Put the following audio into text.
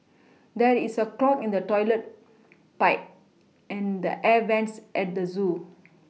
there is a clog in the toilet pipe and the air vents at the zoo